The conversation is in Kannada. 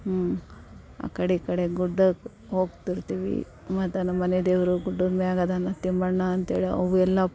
ಹ್ಞೂ ಆ ಕಡೆ ಈ ಕಡೆ ಗುಡ್ಡಕ್ಕೆ ಹೋಗ್ತಿರ್ತೀವಿ ಮತ್ತು ನಮ್ಮ ಮನೆ ದೇವರು ಗುಡ್ಡದ ಮ್ಯಾಲ್ ಅದಾನ ತಿಮ್ಮಣ್ಣ ಅಂತ್ಹೇಳಿ ಅವು ಎಲ್ಲ